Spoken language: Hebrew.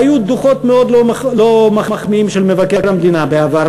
היו דוחות מאוד לא מחמיאים של מבקר המדינה בעבר,